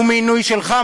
הוא מינוי שלך,